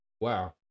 wow